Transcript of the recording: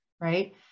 right